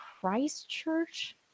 Christchurch